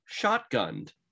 shotgunned